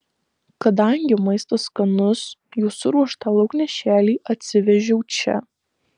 kadangi maistas skanus jų suruoštą lauknešėlį atsivežiau čia